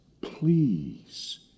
please